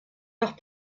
leurs